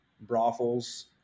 brothels